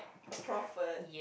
a prophet